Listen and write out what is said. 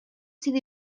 sydd